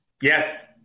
yes